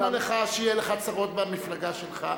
למה לך שיהיו לך צרות במפלגה שלך?